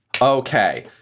Okay